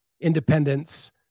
Independence